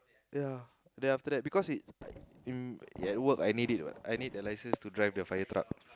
ya then after that because it's at work I need it what I need the license to drive the fire truck